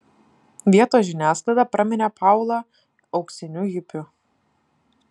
vietos žiniasklaida praminė paulą auksiniu hipiu